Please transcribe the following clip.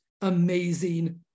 amazing